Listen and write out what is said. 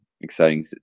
exciting